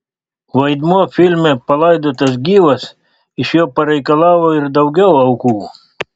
vaidmuo filme palaidotas gyvas iš jo pareikalavo ir daugiau aukų